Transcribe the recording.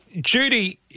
Judy